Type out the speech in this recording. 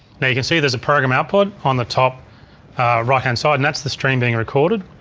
now you can see there's a program output on the top right-hand side and that's the stream being recorded.